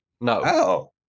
No